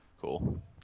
Cool